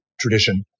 tradition